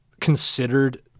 considered